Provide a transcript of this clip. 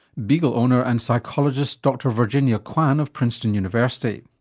beagle owner and psychologist dr virginia kwan of princeton university.